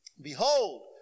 Behold